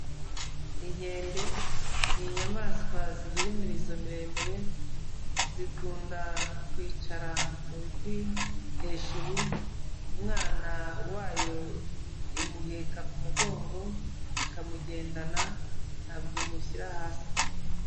Inkende ni inyamaswa zigira imirizo miremire, zikunda kwicara mu biti hejuru, umwana wayo imuheka ku mugongo ikamugendana ntabwo imushyira hasi.